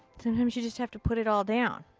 sometimes you just have to put it all down.